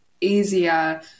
easier